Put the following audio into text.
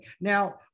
now